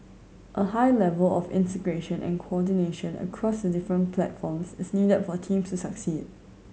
a high level of integration and coordination across the different platforms is needed for teams to succeed